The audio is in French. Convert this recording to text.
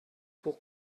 pour